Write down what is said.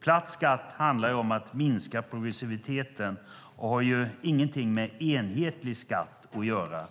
Platt skatt handlar ju om att minska progressiviteten och har ingenting med enhetlig skatt att göra.